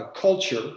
culture